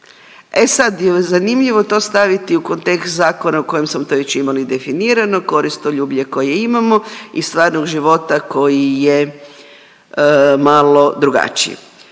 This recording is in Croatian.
E sad je zanimljivo to staviti u kontekst zakona u kojem smo to već imali definirano, koristoljublje koje imamo iz stvarnog života koji je malo drugačiji.